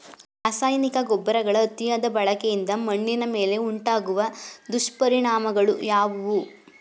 ರಾಸಾಯನಿಕ ಗೊಬ್ಬರಗಳ ಅತಿಯಾದ ಬಳಕೆಯಿಂದ ಮಣ್ಣಿನ ಮೇಲೆ ಉಂಟಾಗುವ ದುಷ್ಪರಿಣಾಮಗಳು ಯಾವುವು?